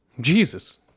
Jesus